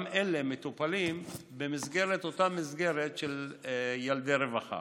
גם אלה מטופלים באותה מסגרת של ילדי רווחה,